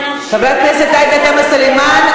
חברת הכנסת עאידה תומא סלימאן,